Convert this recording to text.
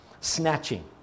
snatching